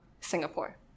Singapore